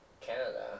Canada